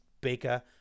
bigger